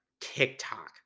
TikTok